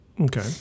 okay